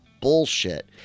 bullshit